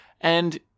And-